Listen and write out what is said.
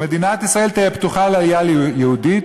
"מדינת ישראל תהיה פתוחה לעלייה יהודית"